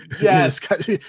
Yes